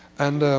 and